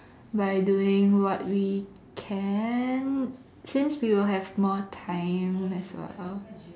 by doing what we can since we will have more time as well